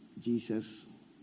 Jesus